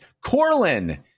Corlin